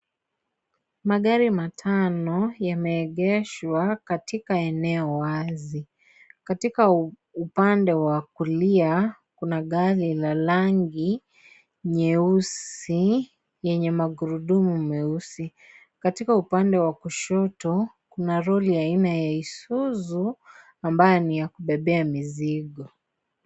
Magari matano, yameegeshwa katika eneo wazi. Katika upande wa kulia kuna gari la rangi nyeusi yenye magurudumu meusi. Katika upande wa kushoto, kuna lori ya aina ya Isuzu ambayo ni ya kubebea mizigo.